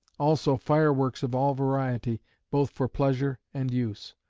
also fireworks of all variety both for pleasure and use.